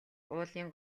уулын